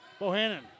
Bohannon